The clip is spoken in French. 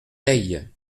teil